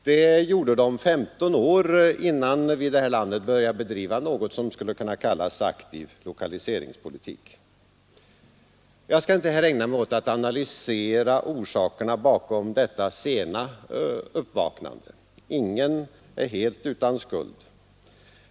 Det gjorde den 15 år innan vi i det här landet började bedriva något som skulle kunna kallas aktiv lokaliseringspolitik. Jag skall inte här ägna mig åt att analysera orsakerna bakom detta sena uppvaknande. Ingen är helt utan skuld.